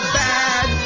bad